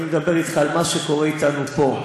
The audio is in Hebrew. אני מדבר אתך על מה שקורה אתנו פה.